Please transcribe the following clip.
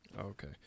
Okay